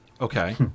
Okay